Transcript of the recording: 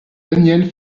daniel